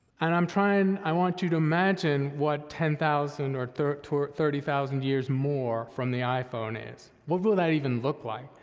and i'm trying, i want you to imagine what ten thousand or thirty or thirty thousand years more from the iphone is. what will that even look like?